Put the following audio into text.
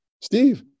steve